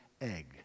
egg